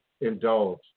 indulge